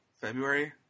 February